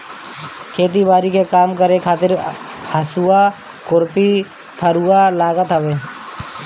खेती बारी के काम करे खातिर हसुआ, खुरपी, फरुहा लागत हवे